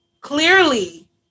clearly